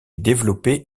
développé